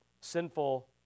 sinful